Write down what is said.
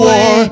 War